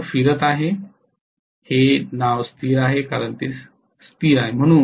rotor फिरत आहे हे नाव स्थिर आहे कारण ते स्थिर आहे